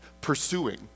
pursuing